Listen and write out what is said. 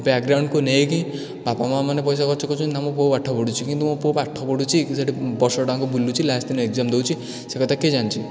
ବ୍ୟାକ୍ଗ୍ରାଉଣ୍ଡ୍କୁ ନେଇକି ବାପା ମା'ମାନେ ପଇସା ଖର୍ଚ୍ଚ କରୁଛନ୍ତି ନା ମୋ ପୁଅ ପାଠ ପଢ଼ୁଛି କି ସେଇଠି ବର୍ଷଟାଯାକ ବୁଲୁଛି ଆଉ ଲାଷ୍ଟ୍ ଦିନ ଏଗ୍ଯାମ୍ ଦେଉଛି ସେ କଥା କିଏ ଜାଣିଛି